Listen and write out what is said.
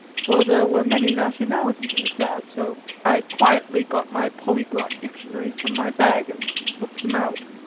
for there were many nationalities in the crowd so i quietly got my polyglot dictionary from my bag and looked them out.